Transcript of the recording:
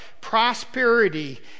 Prosperity